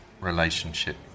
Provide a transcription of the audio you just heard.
relationship